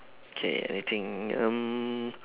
okay anything um